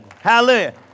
Hallelujah